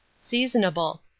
seasonable